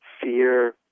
fear